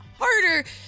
harder